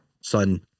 son